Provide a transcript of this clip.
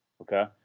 Okay